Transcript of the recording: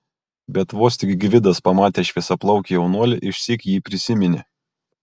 bet vos tik gvidas pamatė šviesiaplaukį jaunuolį išsyk jį prisiminė